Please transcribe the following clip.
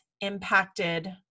impacted